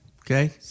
Okay